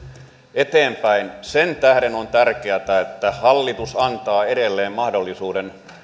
eteenpäin sen tähden on tärkeätä että hallitus antaa edelleen mahdollisuuden